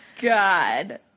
God